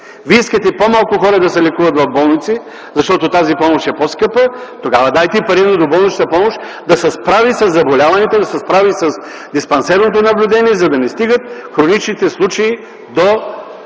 Вие искате по-малко хора да се лекуват в болници, защото тази помощ е по-скъпа, тогава дайте пари на доболничната помощ да се справя със заболяванията, да се справи с диспансерното наблюдение, за да не стигат хроничните случаи